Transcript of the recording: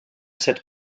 cette